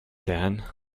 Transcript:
then